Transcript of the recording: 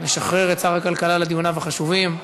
נשחרר את שר הכלכלה לדיוניו החשובים.